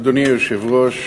אדוני היושב-ראש,